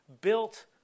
built